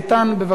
בבקשה.